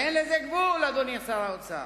אדוני שר האוצר,